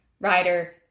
rider